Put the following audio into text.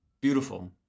beautiful